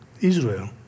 Israel